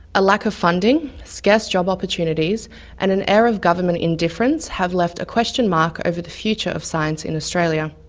a lack of funding, scarce job opportunities and an air of government indifference have left a question mark over the future of science in australia.